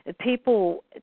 people